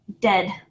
dead